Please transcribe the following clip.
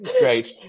Great